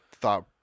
thought